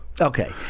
Okay